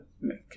make